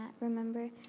remember